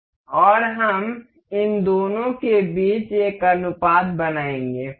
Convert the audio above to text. और हम इन दोनों के बीच एक अनुपात बनाएँगे